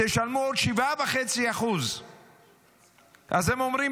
תשלמו עוד 7.5%. אז הם אומרים,